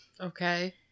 Okay